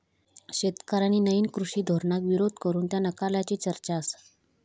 शेतकऱ्यांनी नईन कृषी धोरणाक विरोध करून ता नाकारल्याची चर्चा आसा